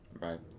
right